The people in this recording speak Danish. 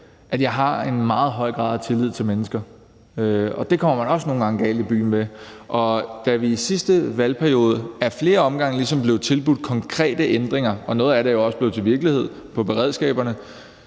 at jeg har en meget høj grad af tillid til mennesker, og det går man også nogle gange galt i byen med. Da vi i sidste valgperiode ad flere omgange ligesom blev tilbudt konkrete ændringer – noget af det er jo også blevet til virkelighed i forhold til beredskaberne